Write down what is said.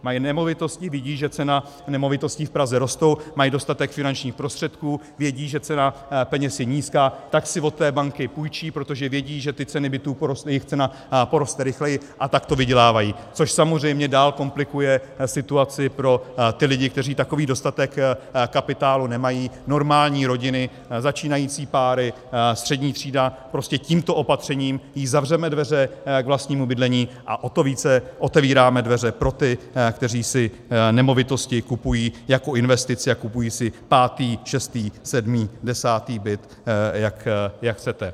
Mají nemovitosti, vidí, že ceny nemovitostí v Praze rostou, mají dostatek finančních prostředků, vědí, že cena peněz je nízká, tak si od té banky půjčí, protože vědí, že ty ceny bytů, jejich cena poroste rychleji, a takto vydělávají, což samozřejmě dál komplikuje situaci pro ty lidi, kteří takový dostatek kapitálu nemají, normální rodiny, začínající páry, střední třída prostě tímto opatřením jí zavřeme dveře k vlastnímu bydlení a o to více otevíráme dveře pro ty, kteří si nemovitosti kupují jako investici a kupují si pátý, šestý, sedmý, desátý byt, jak chcete.